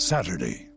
Saturday